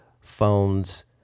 phones